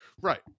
Right